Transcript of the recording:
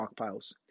stockpiles